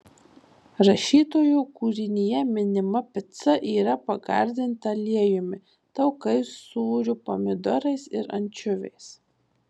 rašytojo kūrinyje minima pica yra pagardinta aliejumi taukais sūriu pomidorais ir ančiuviais